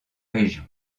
région